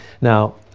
Now